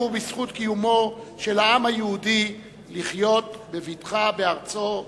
בזכות קיומו של העם היהודי לחיות בבטחה בארצו,